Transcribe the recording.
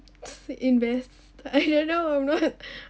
invest I don't know I'm not